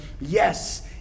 yes